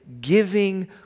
giving